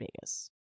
Vegas